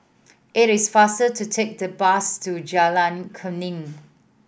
it is faster to take the bus to Jalan Kuning